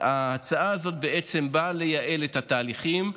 ההצעה הזאת באה לייעל את התהליכים,